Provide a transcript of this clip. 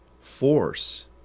force